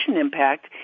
impact